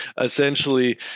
essentially